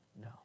No